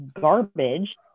garbage